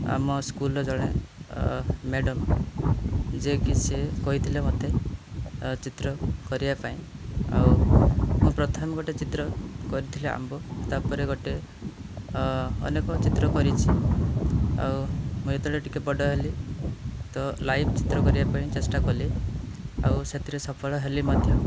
ଆମ ସ୍କୁଲ୍ର ଜଣେ ମ୍ୟାଡ଼ମ୍ ଯେ କି ସେ କହିଥିଲେ ମୋତେ ଚିତ୍ର କରିବା ପାଇଁଁ ଆଉ ମୁଁ ପ୍ରଥମେ ଗୋଟିଏ ଚିତ୍ର କରିଥିଲି ଆମ୍ବ ତା'ପରେ ଗୋଟିଏ ଅନ୍ୟ କେଉଁ ଚିତ୍ର କରିଛି ଆଉ ମୁଁ ଯେତେବେଳେ ଟିକିଏ ବଡ଼ ହେଲି ତ ଲାଇଫ୍ ଚିତ୍ର କରିବା ପାଇଁଁ ଚେଷ୍ଟା କଲି ଆଉ ସେଥିରେ ସଫଳ ହେଲି ମଧ୍ୟ